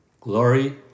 glory